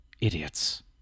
Idiots